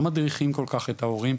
לא מדריכים כל כך את ההורים,